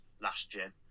last-gen